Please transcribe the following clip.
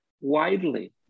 widely